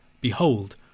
Behold